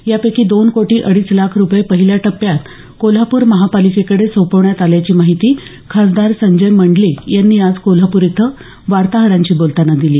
यापैकी दोन कोटी अडीच लाख रुपये पहिल्या टप्प्यात कोल्हापूर महापालिकेकडे सोपवण्यात आल्याची माहिती खासदार संजय मंडलिक यांनी आज कोल्हापूर इथे वार्ताहरांशी बोलताना दिली